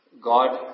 God